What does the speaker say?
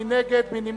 מי נגד?